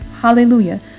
Hallelujah